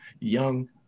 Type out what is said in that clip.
young